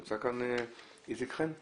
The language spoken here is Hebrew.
נמצא כאן איציק חן?